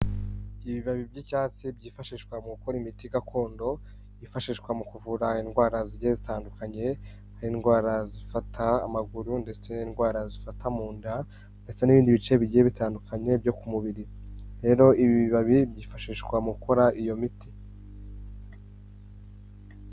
Ibibabi by'icyatsi byifashishwa mu gukora imiti gakondo yifashishwa mu kuvura indwara zigiye zitandukanye, haba indwara zifata amaguru ndetse indwara zifata mu nda ndetse n'ibindi bice bigiye bitandukanye byo ku mubiri. Rero ibi bibabi byifashishwa mu gukora iyo miti.